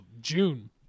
June